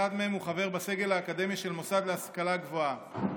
מהם הוא חבר בסגל האקדמי של מוסד להשכלה גבוהה.